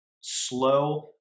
slow